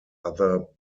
other